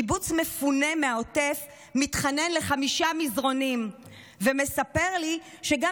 קיבוץ מפונה מהעוטף מתחנן לחמישה מזרנים ומספר לי שגם